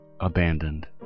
abandoned